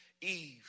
Eve